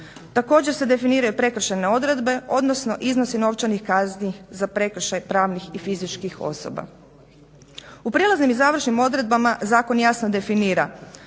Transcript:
Također se definiraju prekršajne odredbe odnosno iznosi novčanih kazni za prekršaj pravnih i fizičkih osoba. U prijelaznim i završnim odredbama zakon jasno definira